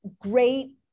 great